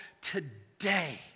today